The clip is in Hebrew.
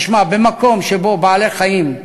תשמע, במקום שבו בעלי-חיים,